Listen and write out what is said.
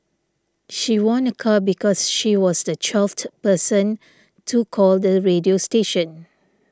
she won a car because she was the twelfth person to call the radio station